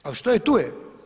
Ali što je tu je.